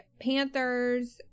Panthers